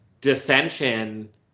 dissension